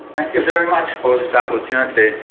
you very much for the opportunity.